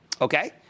Okay